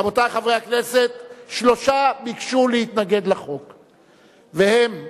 רבותי חברי הכנסת, שלושה ביקשו להתנגד לחוק, והם,